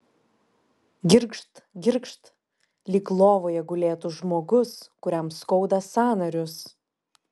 girgžt girgžt lyg lovoje gulėtų žmogus kuriam skauda sąnarius